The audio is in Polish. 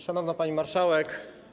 Szanowna Pani Marszałek!